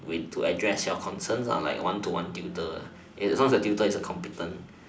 with to address your concerns like one to one tutor as long as your tutor is competent